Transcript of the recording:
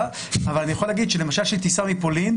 אבל אני יכול להגיד שלמשל כשיש טיסה מפולין,